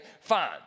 fine